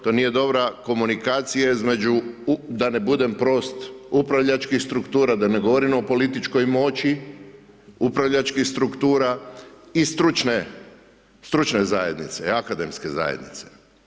To nije dobro, to nije dobra komunikacija između, da ne budem prost, upravljačkih struktura, da ne govorim o političkoj moći, upravljačkih struktura i stručne zajednice, akademske zajednice.